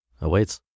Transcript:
awaits